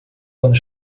quando